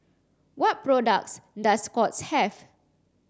what products does Scott's have